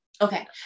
okay